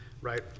right